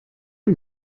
این